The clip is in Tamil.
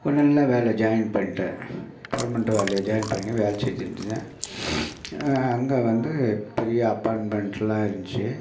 ஒரு நல்ல வேலையில் ஜாய்ன் பண்ணிட்டேன் பர்மனண்ட் வேலையில் ஜாய்ன் பண்ணி வேலை செஞ்சுகிட்டுருந்தேன் அங்கே வந்து பெரிய அப்பார்ட்மெண்ட்டெல்லாம் இருந்துச்சு